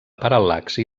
paral·laxi